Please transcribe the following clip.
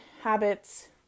habits